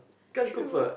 true